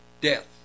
death